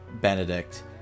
Benedict